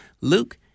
Luke